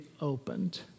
opened